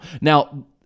now